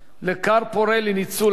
לכר פורה לניצול עד תום.